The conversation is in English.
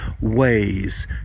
ways